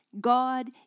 God